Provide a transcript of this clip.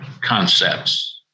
concepts